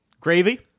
Gravy